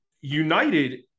United